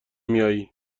میائی